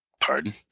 pardon